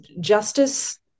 Justice